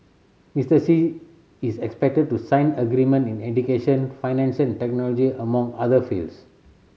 Mister Xi is expected to sign agreement in education finance and technology among other fields